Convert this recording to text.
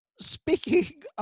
Speaking